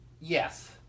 Yes